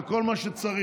וכל מה שצריך.